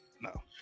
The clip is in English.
No